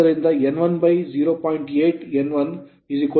8n1 ಆದ್ದರಿಂದ n1 0